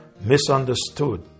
misunderstood